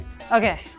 Okay